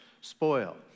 spoil